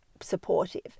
supportive